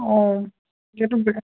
অঁ সেইটো